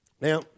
Now